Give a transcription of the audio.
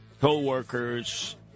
co-workers